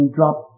Drop